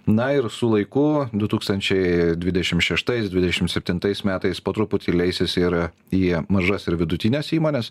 na ir su laiku du tūkstančiai dvidešim šeštais dvidešim septintais metais po truputį leisis ir į mažas ir vidutines įmones